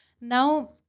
Now